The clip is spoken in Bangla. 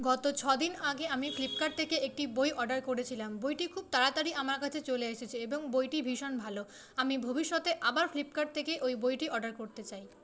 গত ছয়দিন আগে আমি ফ্লিপকার্ট থেকে একটি বই অর্ডার করেছিলাম বইটি খুব তাড়াতাড়ি আমার কাছে চলে এসেছে এবং বইটি ভীষণ ভালো আমি ভবিষ্যতে আবার ফ্লিপকার্ট থেকে ওই বইটি অর্ডার করতে চাই